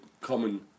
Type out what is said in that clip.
common